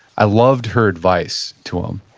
i loved her advice to him.